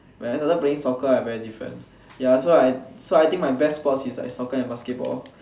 when I started playing soccer I very different ya so I so I think my best sport is like soccer and basketball